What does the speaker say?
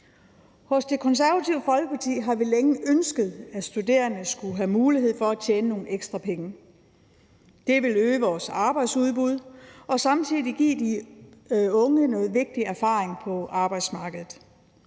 Hos Det Konservative Folkeparti har vi længe ønsket, at studerende skulle have mulighed for at tjene nogle ekstra penge. Det vil øge vores arbejdsudbud og samtidig give de unge noget vigtig erfaring på arbejdsmarkedet.